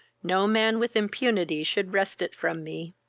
no man with impunity should wrest it from me.